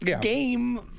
game